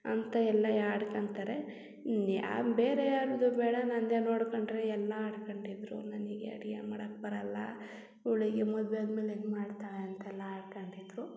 ಅಂತ ಎಲ್ಲ ಆಡ್ಕಂತಾರೆ ನ್ಯಾ ಬೇರೆ ಯಾರದೂ ಬೇಡ ನನ್ನದೇ ನೋಡಿಕೊಂಡರೆ ಎಲ್ಲ ಆಡ್ಕೊಂಡಿದ್ರು ನನಗೆ ಅಡುಗೆ ಮಾಡಕ್ಕೆ ಬರಲ್ಲ ಇವಳಿಗೆ ಮದುವೆ ಆದ್ಮೇಲೆ ಹೆಂಗ್ ಮಾಡ್ತಾಳೆ ಅಂತೆಲ್ಲ ಆಡ್ಕೊಂಡಿದ್ರು